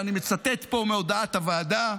ואני מצטט פה מהודעת הוועדה,